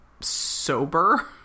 sober